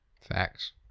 Facts